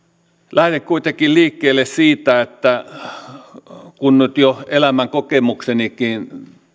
lähden kuitenkin liikkeelle siitä kun nyt jo elämänkokemuksenikin